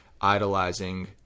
idolizing